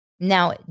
Now